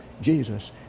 Jesus